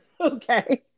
okay